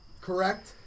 Correct